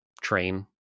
train